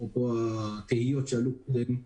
אפרופו התהיות שעלו קודם,